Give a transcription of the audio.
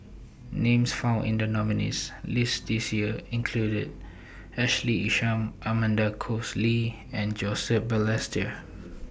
Names found in The nominees' list This Year included Ashley Isham Amanda Koes Lee and Joseph Balestier